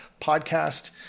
podcast